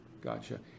Gotcha